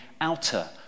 outer